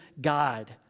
God